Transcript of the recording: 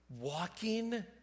walking